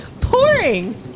pouring